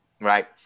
right